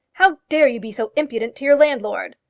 how dare you be so impudent to your landlord?